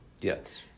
Yes